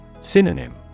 Synonym